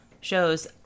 shows